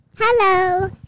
Hello